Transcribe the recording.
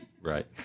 Right